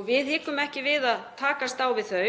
og við hikum ekki við að takast á við þau.